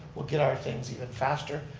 we'll get our things even faster.